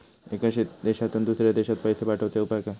एका देशातून दुसऱ्या देशात पैसे पाठवचे उपाय काय?